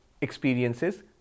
experiences